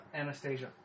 Anastasia